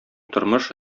тормыш